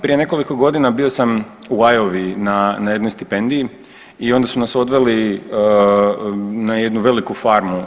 Prije nekoliko godina bio sam u Iowa na jednoj stipendiji i onda su nas odveli na jednu veliku farmu.